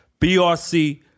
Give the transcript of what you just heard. BRC